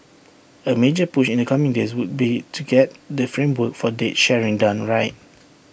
A major push in the coming days would be to get the framework for data sharing done right